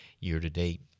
year-to-date